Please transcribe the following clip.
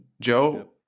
joe